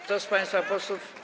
Kto z państwa posłów.